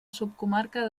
subcomarca